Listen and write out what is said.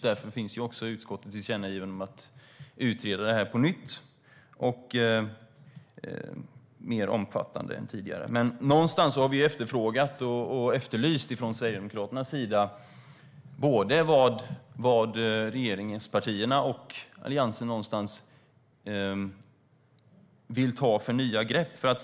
Därför finns också utskottets tillkännagivande om att mer omfattande än tidigare utreda frågan på nytt. Sverigedemokraterna har efterlyst vilka nya grepp regeringspartierna och allianspartierna vill ta.